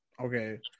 okay